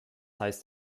heißt